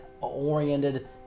oriented